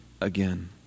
again